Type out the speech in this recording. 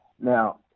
Now